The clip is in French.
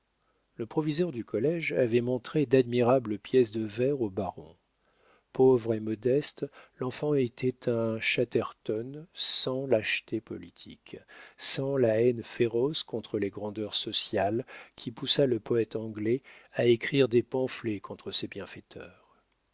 le proviseur du collége avait montré d'admirables pièces de vers au baron pauvre et modeste l'enfant était un chatterton sans lâcheté politique sans la haine féroce contre les grandeurs sociales qui poussa le poète anglais à écrire des pamphlets contre ses bienfaiteurs